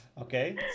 Okay